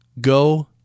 Go